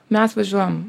mes važiuojam